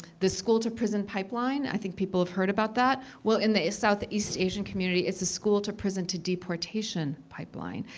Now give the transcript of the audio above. the school-to-prison pipeline i think people have heard about that. well, in the southeast asian community, it's a school-to-prison-to-deportation pipeline.